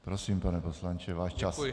Prosím, pane poslanče, váš čas.